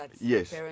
Yes